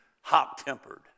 Hot-tempered